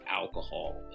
alcohol